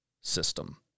system